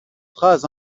phrases